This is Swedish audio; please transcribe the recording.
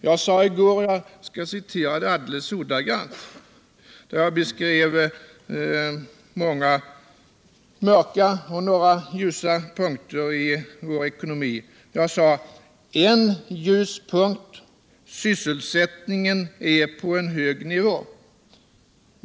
Jag sade i går, och jag skall citera det alldeles ordagrant: ”En ljuspunkt är att sysselsättningen ligger på en hög nivå.